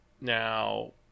Now